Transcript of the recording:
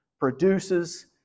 produces